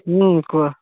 কোৱা